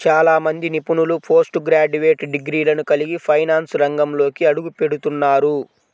చాలా మంది నిపుణులు పోస్ట్ గ్రాడ్యుయేట్ డిగ్రీలను కలిగి ఫైనాన్స్ రంగంలోకి అడుగుపెడుతున్నారు